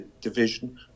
division